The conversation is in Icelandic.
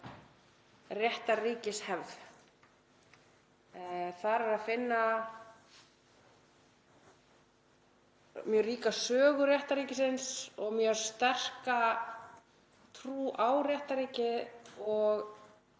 réttarríkishefð. Þar er að finna mjög ríka sögu réttarríkisins og mjög sterka trú á réttarríkið og